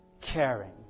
caring